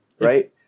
Right